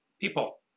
people